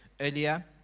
earlier